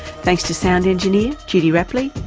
thanks to sound engineer, judy rapley.